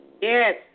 Yes